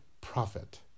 prophet